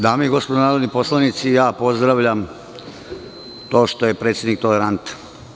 Dame i gospodo, narodni poslanici, pozdravljam to što je predsednik tolerantan.